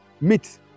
meet